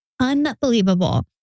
Unbelievable